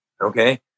Okay